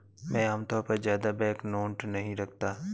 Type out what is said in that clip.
मैं आमतौर पर ज्यादा बैंकनोट नहीं रखता